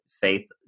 faith